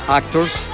actors